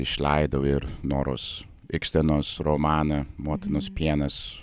išleidau ir noros ikstenos romaną motinos pienas